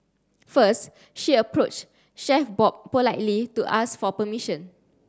first she approached Chef Bob politely to ask for permission